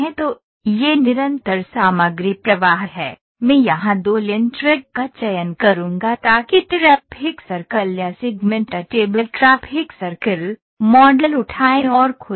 तो यह निरंतर सामग्री प्रवाह है मैं यहां दो लेन ट्रैक का चयन करूंगा ताकि ट्रैफिक सर्कल या segment table traffic circle model उठाएं और खोलें